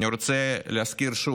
אני רוצה להזכיר שוב,